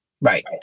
Right